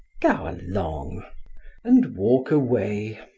go along, and walk away.